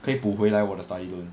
可以补回来我的 study loan